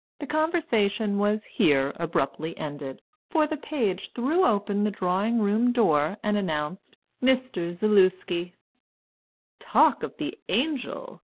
the conversation was here abruptly ended, for the page threw open the drawing-room door and announced mr. zaluski talk of the angel,